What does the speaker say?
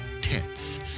Tits